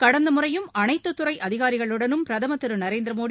கடந்த முறையும் அனைத்து துறை அதிகாரிகளுடனும் பிரதமர் திரு நரேந்திர மோடி